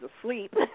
asleep